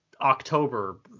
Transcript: October